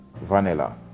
vanilla